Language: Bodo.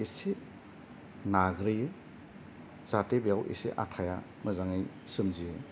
इसे नाग्रोयो जाहाथे बेयाव इसे आथाया मोजाङै सोमजियो